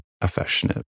affectionate